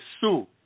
Sue